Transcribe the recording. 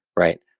right?